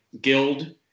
guild